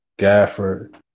Gafford